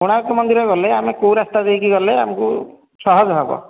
କୋଣାର୍କ ମନ୍ଦିର ଗଲେ ଆମେ କେଉଁ ରାସ୍ତା ଦେଇକି ଗଲେ ଆମକୁ ସହଜ ହେବ